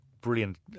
brilliant